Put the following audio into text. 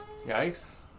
Yikes